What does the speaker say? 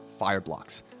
Fireblocks